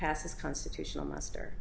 passes constitutional muster